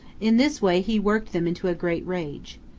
in this way he worked them into a great rage.